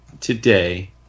today